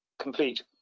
complete